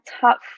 top